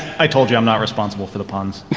i told you i'm not responsible for the puns.